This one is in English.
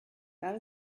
that